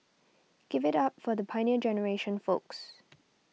give it up for the Pioneer Generation folks